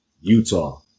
Utah